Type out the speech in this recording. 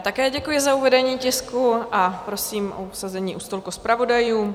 Také děkuji za uvedení tisku a prosím o usazení u stolku zpravodajů.